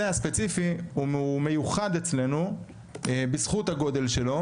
הספציפי הוא מיוחד אצלנו בזכות הגודל שלו,